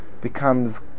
becomes